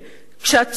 כשהתשומות ירדו,